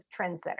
trendsetter